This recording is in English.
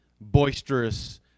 boisterous